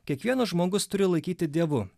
kiekvienas žmogus turi laikyti dievu